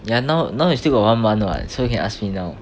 ya now now you still got one month [what] so you can ask me now